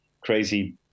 crazy